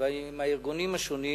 הארגונים השונים,